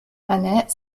annette